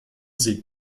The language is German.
sie